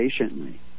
patiently